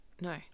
No